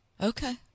Okay